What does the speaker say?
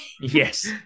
yes